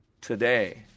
today